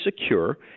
secure